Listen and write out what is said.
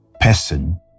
person